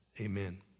amen